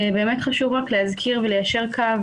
חשוב להזכיר וליישר קו.